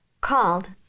called